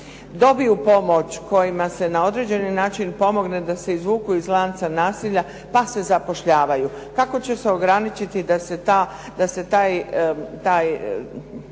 dobiju pomoć, kojima se na određeni način pomogne da se izvuku iz lanca nasilja pa se i zapošljavaju. Kako će se ograničiti da se taj